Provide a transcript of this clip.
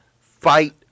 fight